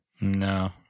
No